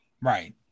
Right